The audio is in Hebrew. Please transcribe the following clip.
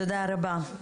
תודה רבה.